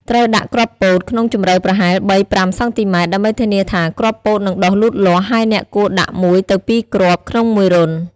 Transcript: ត្រូវដាក់គ្រាប់ពោតក្នុងជម្រៅប្រហែល ៣-៥ សង់ទីម៉ែត្រ ដើម្បីធានាថាគ្រាប់ពោតនឹងដុះលូតលាស់ ហើយអ្នកគួរដាក់ ១ ទៅ ២ គ្រាប់ ក្នុងមួយរន្ធ។